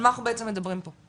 על מה אנחנו בעצם מדברים פה?